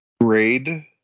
grade